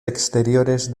exteriores